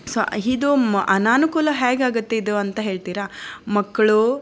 so ಇದು ಅನಾನುಕೂಲ ಹೇಗಾಗುತ್ತೆ ಇದು ಅಂತ ಹೇಳ್ತೀರಾ ಮಕ್ಕಳು